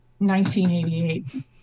1988